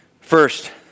First